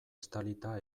estalita